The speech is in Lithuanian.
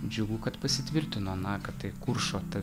džiugu kad pasitvirtino na kad tai kuršo ta